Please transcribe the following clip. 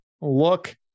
look